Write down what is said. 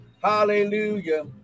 hallelujah